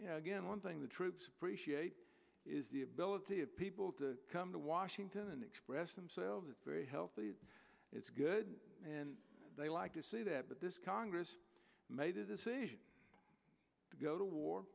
it again one thing the troops appreciate is the ability of people to come to washington and express themselves it's very healthy it's good and they like to say that but this congress made a decision to go to war